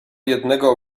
jednego